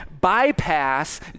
bypass